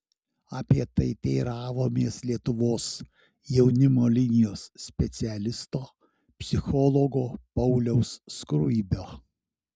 apie tai teiravomės lietuvos jaunimo linijos specialisto psichologo pauliaus skruibio